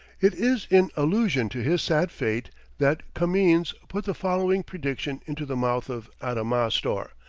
it is in allusion to his sad fate that camoens puts the following prediction into the mouth of adamastor,